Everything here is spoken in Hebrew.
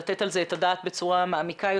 לתת על זה את הדעת בצורה מעמיקה יותר.